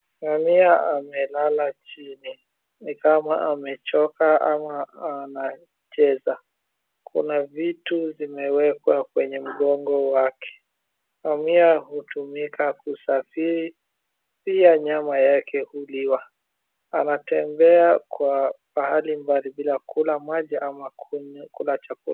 Ngamia amelala chini ni kama amechoka ama anacheza, kuna vitu zimewekwa kwenye mgongo wake, ngamia hutumika kusafiri, pia nyama yake huliwa. Anatembea kwa pahali mbali bila kunywa maji ama kula chakula.